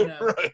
Right